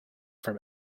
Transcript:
from